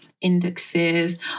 indexes